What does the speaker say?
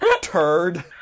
turd